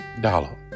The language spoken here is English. dollar